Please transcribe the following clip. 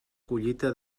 collita